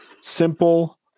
Simple